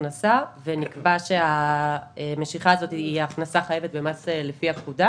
הכנסה ונקבע שהמשיכה הזאת היא הכנסה חייבת במס לפי הפקודה.